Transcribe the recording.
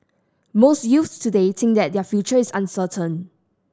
most youths today think that their future is uncertain